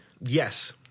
Yes